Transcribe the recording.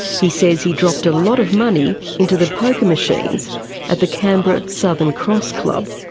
he says he dropped a lot of money into the poker machines at the canberra southern cross club.